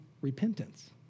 repentance